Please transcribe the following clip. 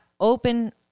Open